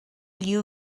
you